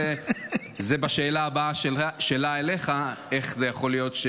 זה בשאלה הבאה שלה אליך: איך זה יכול להיות,